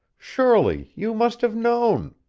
surely you must have known!